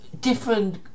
different –